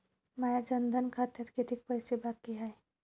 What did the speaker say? माया जनधन खात्यात कितीक पैसे बाकी हाय?